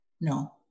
No